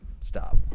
Stop